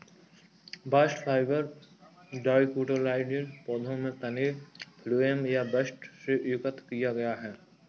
bast fibre dicotyledonous पौधों के तने के फ्लोएम या बस्ट से एकत्र किया गया है